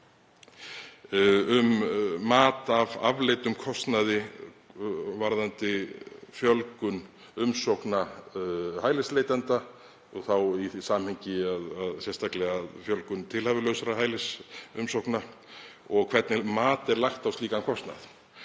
um mat af afleiddum kostnaði varðandi fjölgun umsókna hælisleitenda og þá í því samhengi sérstaklega fjölgun tilhæfulausra hælisumsókna og hvernig mat er lagt á slíkan kostnað.